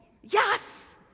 Yes